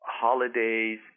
holidays